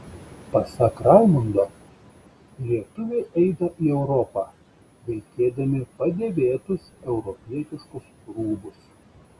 pasak raimundo lietuviai eina į europą vilkėdami padėvėtus europietiškus rūbus